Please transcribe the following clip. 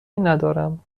ندارم